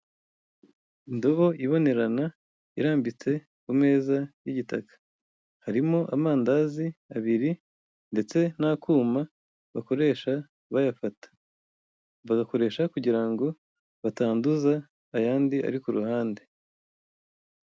Indobo ibonerana irambitse ku meza y'igitaka. Harimo amandazi abiri ndetse n'akuma bakoresha bayafata. Bagakoresha kugira ngo batanduza ayandi ari ku ruhande.